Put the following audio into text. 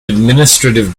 administrative